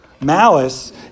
malice